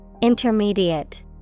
Intermediate